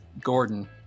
Gordon